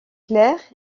clair